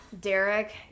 Derek